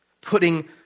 putting